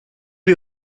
les